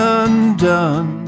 undone